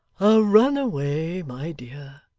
a runaway, my dear,